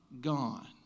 gone